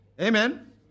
Amen